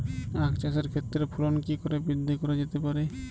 আক চাষের ক্ষেত্রে ফলন কি করে বৃদ্ধি করা যেতে পারে?